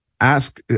ask